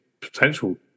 potential